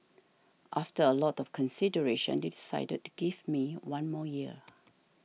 after a lot of consideration they decided to give me one more year